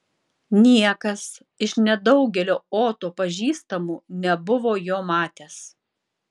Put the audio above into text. niekas iš nedaugelio oto pažįstamų nebuvo jo matęs